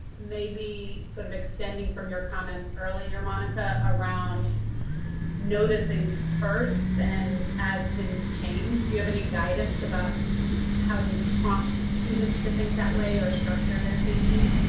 maybe sort of extending from your comments earlier, monica, around noticing first and as things change, do you have any guidance about how to prompt students to think that way or structure their thinking?